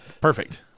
Perfect